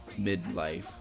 midlife